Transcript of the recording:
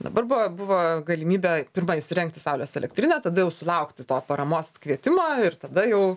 dabar buvo buvo galimybė pirma įsirengti saulės elektrinę tada jau sulaukti to paramos kvietimo ir tada jau